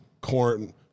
corn